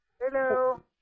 Hello